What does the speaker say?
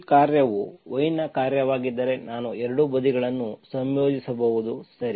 ಈ ಕಾರ್ಯವು y ನ ಕಾರ್ಯವಾಗಿದ್ದರೆ ನಾನು ಎರಡೂ ಬದಿಗಳನ್ನು ಸಂಯೋಜಿಸಬಹುದು ಸರಿ